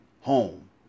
home